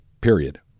period